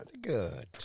good